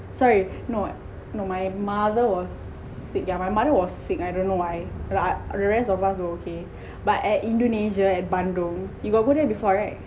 sorry no no my mother was sick yeah my mother was sick I don't know why rest of us all okay but at indonesia at bandung you got go there before right